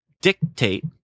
dictate